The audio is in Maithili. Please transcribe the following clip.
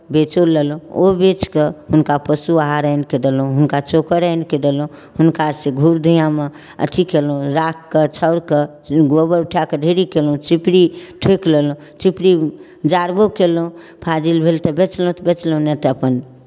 बेचो लेलहुँ ओ बेचि कऽ हुनका पशुआहार आनि कऽ देलहुँ हुनका चोकर आनि कऽ देलहुँ हुनकासँ घूर धुइआँमे अथि केलहुँ राखकेँ छाओरके गोबर उठा कऽ ढेरी कयलहुँ चिपड़ी ठोकि लेलहुँ चिपड़ी जारबो कयलहुँ फाजिल भेल तऽ बेचलहुँ बेचलहुँ नहि तऽ अपन